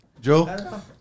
Joe